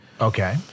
Okay